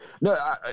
No